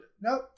Nope